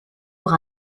pour